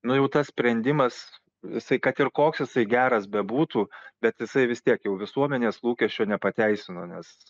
nu jau tas sprendimas jisai kad ir koks jisai geras bebūtų bet jisai vis tiek jau visuomenės lūkesčių nepateisino nes